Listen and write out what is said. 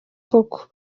koko